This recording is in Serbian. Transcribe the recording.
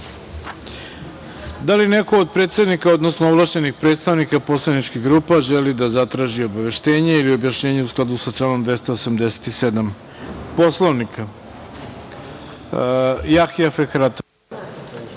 li neko od predsednika, odnosno ovlašćenih predstavnika poslaničkih grupa želi da zatraži obaveštenje ili objašnjenje u skladu sa članom 287. Poslovnika? Reč